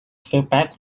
feedback